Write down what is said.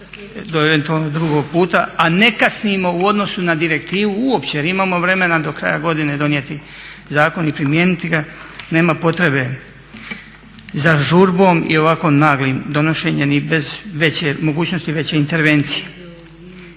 drugog puta, a ne kasnimo u odnosu na direktivu uopće jer imamo vremena do kraja godine donijeti zakon i primijeniti ga, nema potrebe za žurbom i ovako naglim donošenjem i bez mogućnosti veće intervencije.